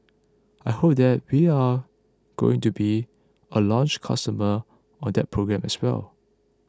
I hope that we're going to be a launch customer on that program as well